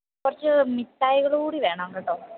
കുറച്ച് മിഠായികൾ കൂട്ടി വേണം കേട്ടോ